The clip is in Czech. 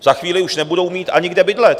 Za chvíli už nebudou mít ani kde bydlet.